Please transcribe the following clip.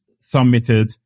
submitted